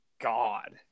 God